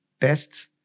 tests